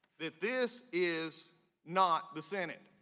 that this is not the senate.